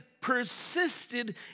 persisted